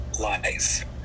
life